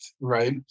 right